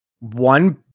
One